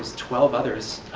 twelve others